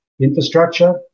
infrastructure